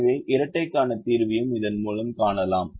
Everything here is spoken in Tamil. எனவே இரட்டைக்கான தீர்வையும் இதன் மூலம் காணலாம்